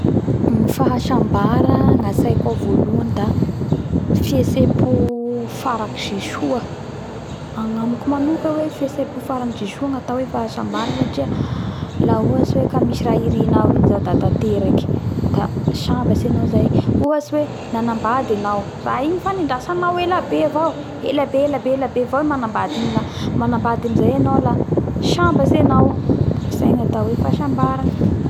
Ny fahasambara gnatsaiko ao voalohany da fihetsepo faraky ze soa agnamiko manoka hoy fihetsepo farny ze soa gnatao fahasambara satria la ohatsy hoe ka misy raha iranao igny zao da tateraky da sambatsy anao zay ohatys hoe nanambady anao raha igny fa nandrasanao ela be avao elabe elabe elabe avao manambady igny amy zay anao la sambatsy anao zay gnatao hoe fahasambara